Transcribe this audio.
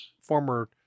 former